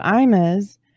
Ima's